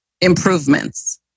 improvements